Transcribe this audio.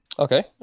Okay